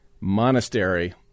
monastery